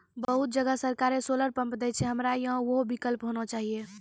बहुत जगह सरकारे सोलर पम्प देय छैय, हमरा यहाँ उहो विकल्प होना चाहिए?